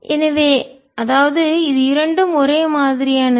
எனவே அதாவது இது இரண்டும் ஒரே மாதிரியானது